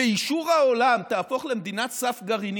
באישור העולם, תהפוך למדינת סף גרעינית,